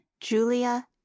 Julia